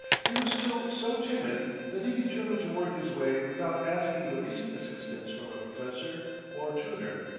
he was still so timid that he determined to work his way without asking the least assistance from a professor or tutor.